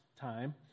time